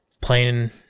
playing –